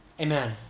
Amen